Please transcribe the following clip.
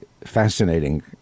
fascinating